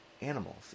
animals